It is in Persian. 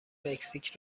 مکزیک